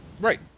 Right